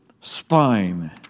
spine